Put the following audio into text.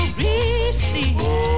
receive